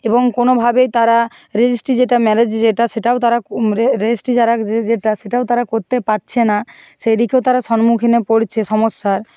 এবং কোনোভাবেই তারা রেজিস্ট্রি যেটা ম্যারেজ যেটা সেটাও তারা কো রেজিস্ট্রি যারা যেটা সেটাও তারা করতে পারছে না সেদিকেও তারা সম্মুখীনে পড়ছে সমস্যার